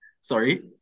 Sorry